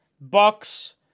Bucks